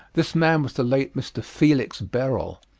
this man was the late mr. felix berol.